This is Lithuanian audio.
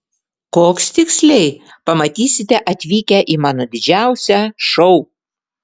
koks tiksliai pamatysite atvykę į mano didžiausią šou